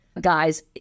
guys